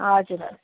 हजुर हजुर